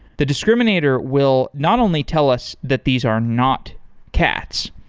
the discriminator will not only tell us that these are not cats,